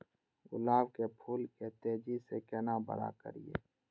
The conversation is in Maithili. गुलाब के फूल के तेजी से केना बड़ा करिए?